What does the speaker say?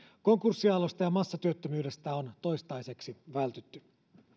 konkurssiaallolta ja massatyöttömyydeltä on toistaiseksi vältytty